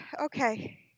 Okay